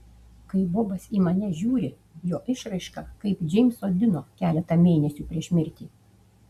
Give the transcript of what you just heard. kai bobas į mane žiūri jo išraiška kaip džeimso dino keletą mėnesių prieš mirtį